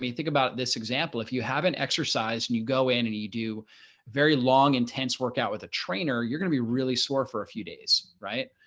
think about this example, if you haven't exercised and you go in and you do very long, intense workout with a trainer, you're going to be really sore for a few days, right?